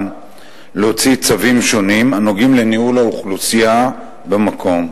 להוציא צווים שונים הנוגעים לניהול האוכלוסייה במקום.